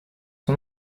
son